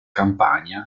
campagna